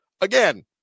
again